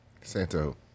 Santo